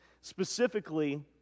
specifically